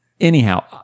anyhow